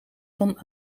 van